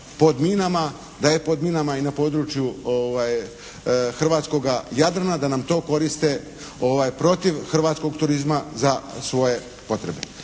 da je pod minama i na području hrvatskoga Jadrana, da nam to koriste protiv hrvatskog turizma za svoje potrebe.